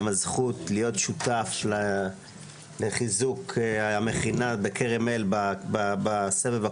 הזכות להיות שותף לחיזוק המכינה בכרם אל בסבב הקודם.